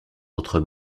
autres